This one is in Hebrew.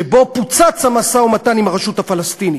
שבו פוצץ המשא-ומתן עם הרשות הפלסטינית,